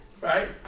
Right